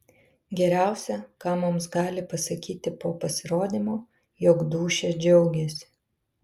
geriausia ką mums gali pasakyti po pasirodymo jog dūšia džiaugėsi